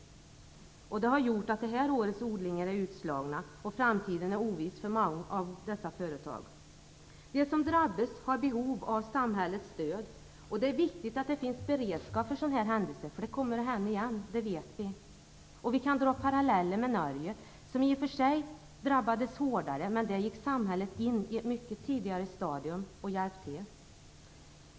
Översvämningen har gjort att det här årets odlingar är utslagna, och framtiden är oviss för många av företagen. De som drabbats har behov av samhällets stöd. Det är viktigt att det finns beredskap för sådana här händelser, för det kommer att hända igen - det vet vi. Vi kan dra paralleller med Norge som i och för sig drabbades hårdare. Men där gick samhället in och hjälpte till på ett mycket tidigare stadium.